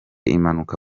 impanuka